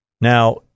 Now